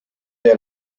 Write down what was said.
der